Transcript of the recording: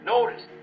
Notice